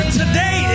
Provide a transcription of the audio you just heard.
today